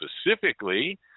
specifically